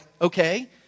okay